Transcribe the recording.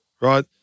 right